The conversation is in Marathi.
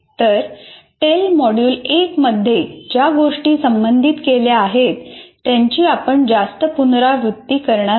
तर टेल मॉड्यूल 1 मध्ये ज्या गोष्टी संबोधित केल्या आहेत त्यांची आपण जास्त पुनरावृत्ती करणार नाही